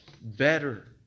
better